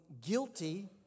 guilty